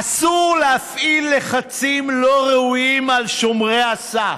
אסור להפעיל לחצים לא ראויים על שומרי הסף.